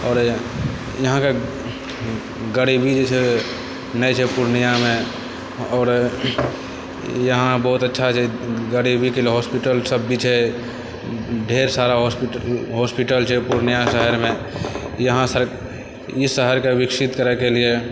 आओर यहाँके गरीबी जे छै नहि छै पूर्णियामे आओर यहाँ बहुत अच्छा छै गरीबीके लिय हॉस्पिटल सब किछु छै ढ़ेर सारा हॉस्पिटल छै पूर्णिया शहरमे यहाँ ई शहरके विकसित करैके लियऽ